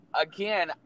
Again